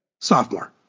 Sophomore